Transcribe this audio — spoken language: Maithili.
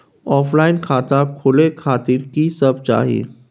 ऑफलाइन खाता खोले खातिर की सब चाही?